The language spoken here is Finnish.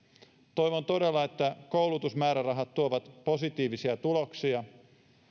toivon todella että koulutusmäärärahat tuovat positiivisia tuloksia